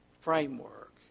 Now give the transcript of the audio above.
framework